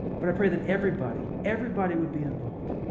but i pray that everybody, everybody would be involved.